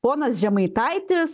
ponas žemaitaitis